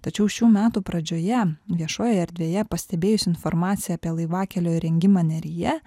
tačiau šių metų pradžioje viešojoje erdvėje pastebėjus informaciją apie laivakelio įrengimą neryje